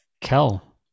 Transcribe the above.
Kel